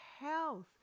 health